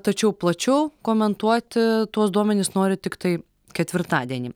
tačiau plačiau komentuoti tuos duomenis nori tiktai ketvirtadienį